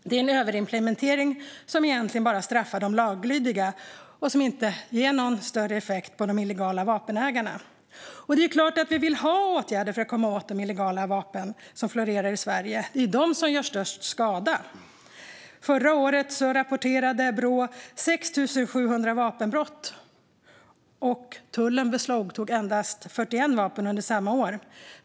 Det är en överimplementering som egentligen bara straffar de laglydiga och som inte ger någon större effekt för ägarna av illegala vapen. Det är klart att vi vill ha åtgärder för att komma åt de illegala vapen som florerar i Sverige. Det är de som gör störst skada. Förra året rapporterade Brå 6 700 vapenbrott. Tullen beslagtog endast 41 vapen under samma år.